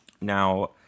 now